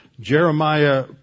Jeremiah